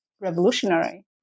revolutionary